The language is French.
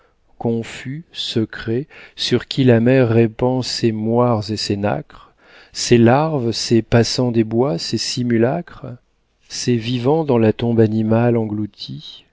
confus secrets sur qui la mer répand ses moires et ses nacres ces larves ces passants des bois ces simulacres ces vivants dans la tombe animale engloutis